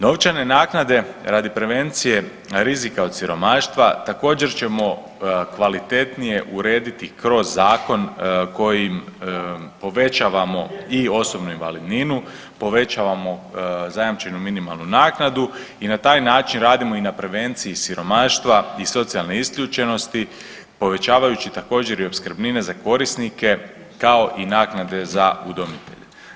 Novčane naknade radi prevencije rizika od siromaštva također ćemo kvalitetnije urediti kroz zakon kojim povećavamo i osobnu invalidninu, povećavamo zajamčenu minimalnu naknadu i na taj način radimo i na prevenciji siromaštva i socijalne isključenosti povećavajući također i opskrbnine za korisnike, kao i naknade za udomitelje.